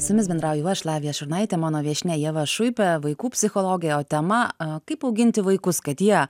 su jumis bendrauju aš lavija šurnaitė mano viešnia ieva šuipė vaikų psichologė o tema kaip auginti vaikus kad jie